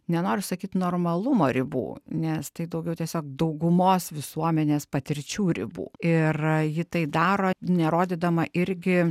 nenoriu sakyti normalumo ribų nes tai daugiau tiesiog daugumos visuomenės patirčių ribų ir ji tai daro nerodydama irgi